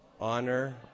honor